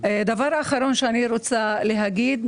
דבר אחרון שאני רוצה להגיד,